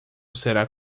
será